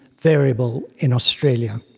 variable in australia.